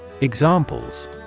Examples